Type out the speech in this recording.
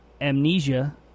amnesia